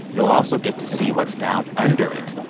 you'll also get to see what's down under it.